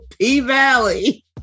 P-Valley